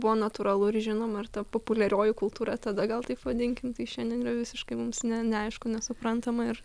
buvo natūralu ir žinoma ar ta populiarioji kultūra tada gal taip vadinkim tai šiandien yra visiškai mums ne neaišku nesuprantama ir